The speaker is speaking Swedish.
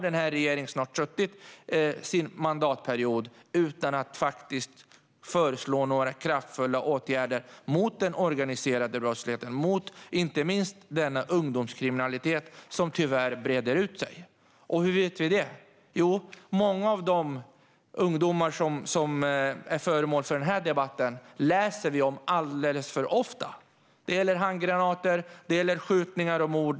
Den här regeringen har snart suttit sin mandatperiod utan att föreslå några kraftfulla åtgärder mot den organiserade brottsligheten och inte minst ungdomskriminaliteten, som tyvärr breder ut sig. Hur vet vi det? Jo, många av de ungdomar som är föremål för den här debatten läser vi om alldeles för ofta. Det gäller handgranater. Det gäller skjutningar och mord.